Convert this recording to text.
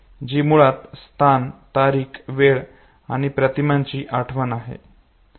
जी मुळात स्थान तारीख वेळ आणि प्रतिमांची आठवण आहे